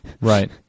Right